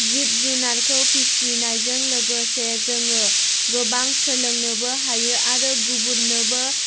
जिब जुनारखौ फिसिनायजों लोगोसे जों गोबां सोलोंनोबो हायो आरो गुबुननोबो